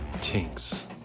Tinks